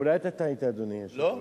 אולי אתה טעית, אדוני היושב-ראש?